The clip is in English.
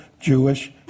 Jewish